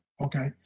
Okay